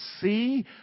see